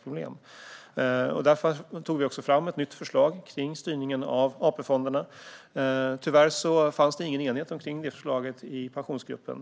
Därför tog vi fram ett nytt förslag om styrningen av AP-fonderna.Tyvärr fanns det ingen enighet om förslaget i Pensionsgruppen.